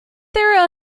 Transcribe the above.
there